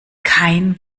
kein